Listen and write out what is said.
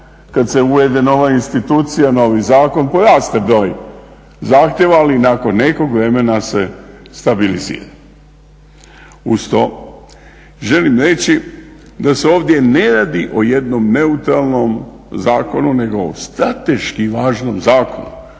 Uz to želim reći da se ovdje ne radi o jednom neutralnom zakonu, nego o strateški važnom zakonu.